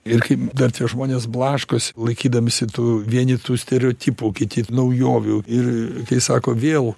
ir kaip dar tie žmonės blaškosi laikydamiesi tų vieni tų stereotipų kiti naujovių ir kai sako vėl